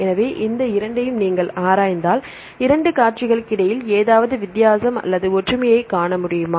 எனவே இந்த இரண்டையும் நீங்கள் ஆராய்ந்தால் 2 காட்சிகளுக்கு இடையில் ஏதாவது வித்தியாசம் அல்லது ஒற்றுமையை நாம் காண முடியுமா